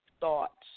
thoughts